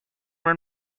were